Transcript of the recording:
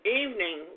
evening